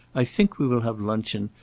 i think we will have luncheon,